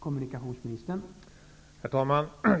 Herr talman!